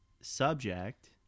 subject